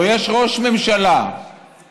או יש ראש ממשלה שיודע,